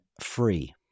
free